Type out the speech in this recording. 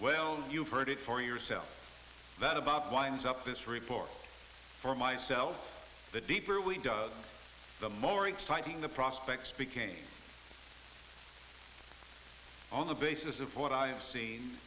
well you've heard it for yourself that about winds up this report for myself the deeper we dug the more exciting the prospect speaking on the basis of what i see